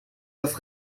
dass